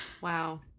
wow